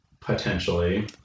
potentially